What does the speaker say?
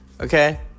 Okay